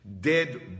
dead